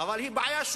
אבל היא שולית.